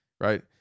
right